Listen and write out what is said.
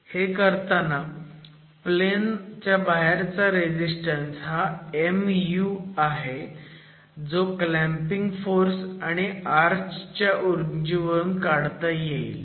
हे करताना प्लेन च्या बाहेरचा रेझीस्टन्स हा Muआहे जो क्लॅम्पिंग फोर्स आणि आर्च च्या उंचीवरून काढता येईल